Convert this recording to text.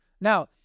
Now